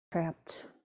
Trapped